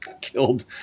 killed